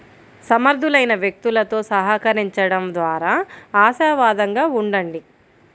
సమర్థులైన వ్యక్తులతో సహకరించండం ద్వారా ఆశావాదంగా ఉండండి